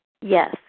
Yes